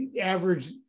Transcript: average